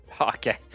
Okay